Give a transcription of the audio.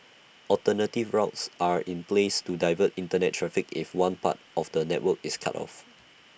alternative routes are in place to divert Internet traffic if one part of the network is cut off